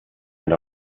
and